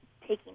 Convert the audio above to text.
taking